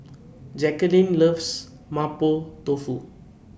Jacqueline loves Mapo Tofu